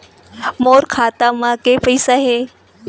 मोर खाता म के पईसा हे?